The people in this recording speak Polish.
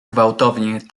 gwałtownie